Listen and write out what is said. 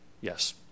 yes